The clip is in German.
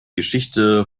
geschichte